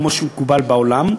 כמו שמקובל בעולם,